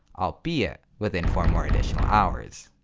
albeit within four more additional hours.